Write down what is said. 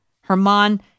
Herman